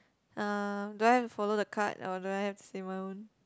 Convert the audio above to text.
uh do I have follow the card or do I have to say my own